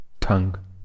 tongue